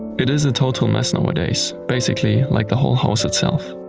it is a total mess nowadays basically, like the whole house itself.